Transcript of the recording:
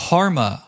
Karma